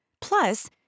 Plus